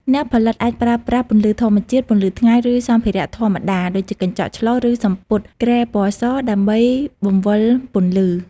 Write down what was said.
អ្នកផលិតអាចប្រើប្រាស់ពន្លឺធម្មជាតិ ពន្លឺថ្ងៃ ឬសម្ភារៈធម្មតាដូចជាកញ្ចក់ឆ្លុះឬសំពត់គ្រែពណ៌សដើម្បីបង្វិលពន្លឺ។